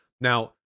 Now